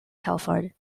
telford